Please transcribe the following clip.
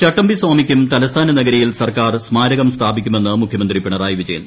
ചട്ടമ്പിസാമിക്കും തലസ്ഥാന നഗരിയിൽ സർക്കാർ സ്മാരകം സ്ഥാപിക്കുമെന്ന് മുഖ്യമന്ത്രി പിണറായി വിജയൻ